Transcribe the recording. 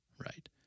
Right